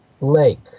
lake